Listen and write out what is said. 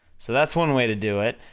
so that's one way to do it,